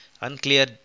unclear